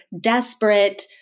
desperate